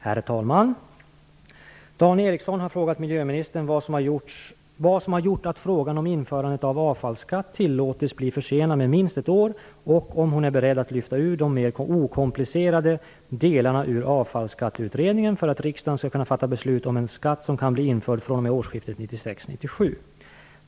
Herr talman! Dan Ericsson har frågat miljöministern vad som gjort att frågan om införandet av avfallsskatt tillåtits bli försenad med minst ett år och om hon är beredd att lyfta ut de mer okomplicerade delarna ur Avfallsskatteutredningen för att riksdagen skall kunna fatta beslut om en skatt som kan bli införd vid årsskiftet 1996/97.